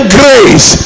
grace